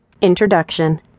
Introduction